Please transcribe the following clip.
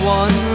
one